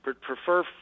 prefer